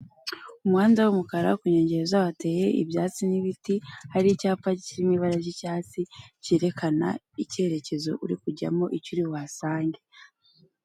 Umuhanda w'umukara ku nkengero zaho hateye ibyatsi n'ibiti, hari icyapa kirimo ibara ry'icyatsi cyerekana icyerekezo uri kujyamo icyo uri buhasange.